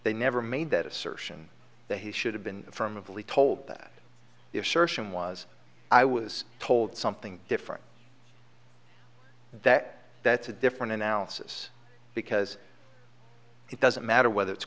they never made that assertion that he should have been firm of lee told that the assertion was i was told something different that that's a different analysis because it doesn't matter whether it's